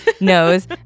knows